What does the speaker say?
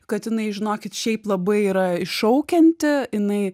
kad jinai žinokit šiaip labai yra iššaukianti jinai